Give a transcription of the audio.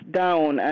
down